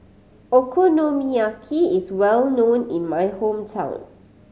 okonomiyaki is well known in my hometown